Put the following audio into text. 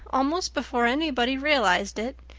almost before anybody realized it,